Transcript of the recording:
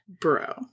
Bro